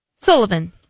Sullivan